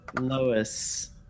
Lois